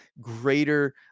greater